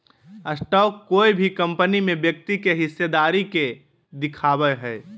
stock कोय भी company में व्यक्ति के हिस्सेदारी के दिखावय हइ